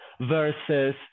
versus